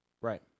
Right